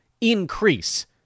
increase